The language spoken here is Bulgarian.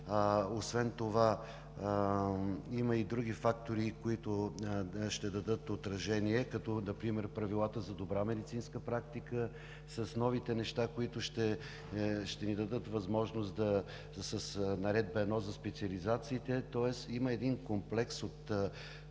Освен това има и други фактори, които ще дадат отражение, като например Правилата за добра медицинска практика с новите неща, които ще ни дадат възможност с Наредба 1 за специализациите, тоест има един комплекс от